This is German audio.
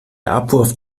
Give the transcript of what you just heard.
abwurf